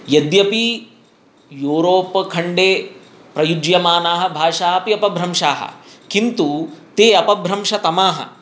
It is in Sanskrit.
यद्यपि यूरोप् खण्डे प्रयुज्यमानाः भाषाः अपि अपभ्रंशाः किन्तु ते अपभ्रंशतमाः